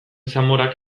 zamorak